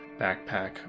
backpack